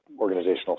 organizational